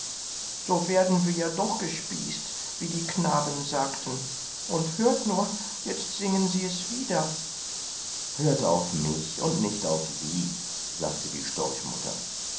so werden wir ja doch gespießt wie die knaben sagten und hört nur jetzt singen sie es wieder hört auf mich und nicht auf sie sagte die